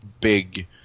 big